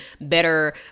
better